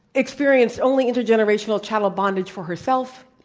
experienced only intergenerational chattel bondage for herself,